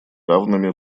равными